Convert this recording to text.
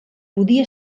podia